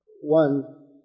One